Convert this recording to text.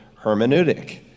hermeneutic